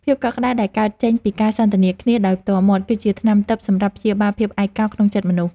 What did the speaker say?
ភាពកក់ក្ដៅដែលកើតចេញពីការសន្ទនាគ្នាដោយផ្ទាល់មាត់ គឺជាថ្នាំទិព្វសម្រាប់ព្យាបាលភាពឯកោក្នុងចិត្តមនុស្ស។